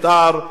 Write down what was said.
לא על תכנונים,